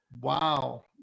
Wow